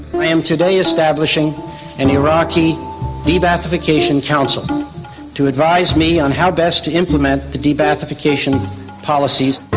i am today establishing an iraqi de-ba'athification council to advise me on how best to implement the de-ba'athification policies.